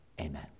amen